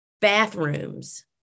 Bathrooms